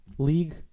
League